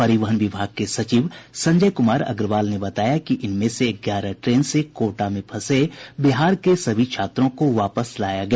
परिवहन विभाग के सचिव संजय कुमार अग्रवाल ने बताया कि इनमें से ग्यारह ट्रेन से कोटा में फंसे बिहार के सभी छात्रों को वापस लाया गया